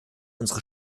unsere